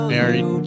Married